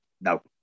No